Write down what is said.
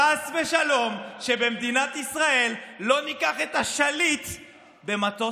חס ושלום שבמדינת ישראל לא ניקח את השליט במטוס,